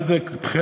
מה זה תכלת-אדום,